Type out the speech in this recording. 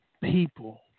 people